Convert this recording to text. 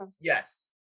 Yes